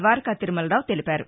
ద్వారకా తిరుమలరావు తెలిపారు